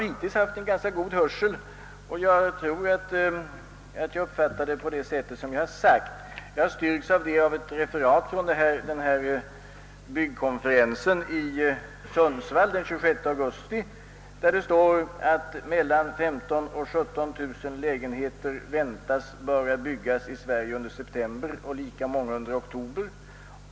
Hittills har jag haft god hörsel, och jag tror att jag uppfattade rätt. Jag har styrkts i denna uppfattning av ett referat från byggkonferensen i Sundsvall den 26 augusti, där det står: »Mellan 15 000 och 17 000 lägenheter väntas börja byggas i Sverige under september och lika många under oktober.